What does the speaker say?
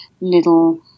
little